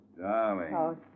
Darling